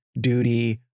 duty